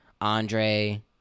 Andre